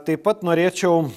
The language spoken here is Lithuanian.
taip pat norėčiau